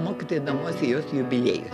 mokytojų namuose jos jubiliejus